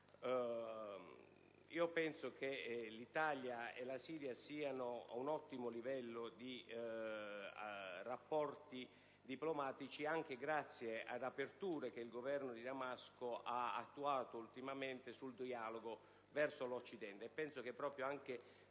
del 1971. L'Italia e la Siria si trovano ad un ottimo livello di rapporti diplomatici, anche grazie ad aperture che il Governo di Damasco ha attuato ultimamente nel dialogo verso l'Occidente.